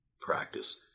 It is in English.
Practice